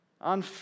On